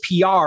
PR